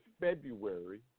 February